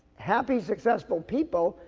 happy successful people,